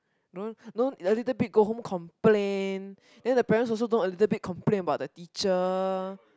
no no a little bit go home complain then the parents also know a little bit complain about the teacher